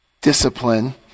discipline